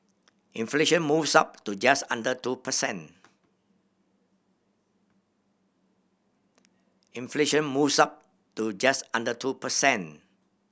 inflation moves up to just under two per cent